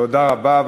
תודה רבה.